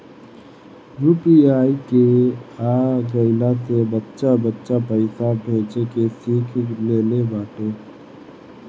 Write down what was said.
UPI के आ गईला से बच्चा बच्चा पईसा भेजे के सिख लेले बाटे